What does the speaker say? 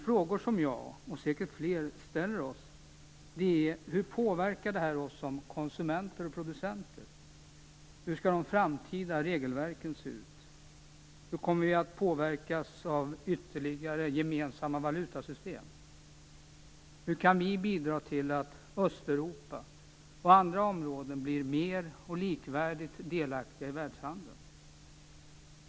Frågor som jag och säkert fler ställer oss är hur detta påverkar oss som konsumenter och producenter. Hur skall de framtida regelverken se ut? Hur kommer vi att påverkas av ytterligare gemensamma valutasystem? Hur kan vi bidra till att Östeuropa och andra områden blir mer och likvärdigt delaktiga i världshandeln?